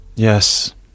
Yes